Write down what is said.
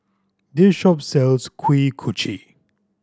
this shop sells Kuih Kochi